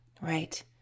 Right